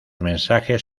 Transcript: mensajes